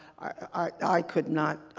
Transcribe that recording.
i could not.